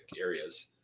areas